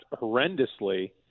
horrendously